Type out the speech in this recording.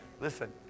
Listen